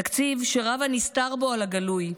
תקציב שרב הנסתר בו על הגלוי,